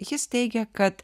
jis teigia kad